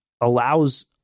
allows